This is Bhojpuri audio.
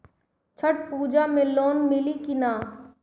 छठ पूजा मे लोन मिली की ना?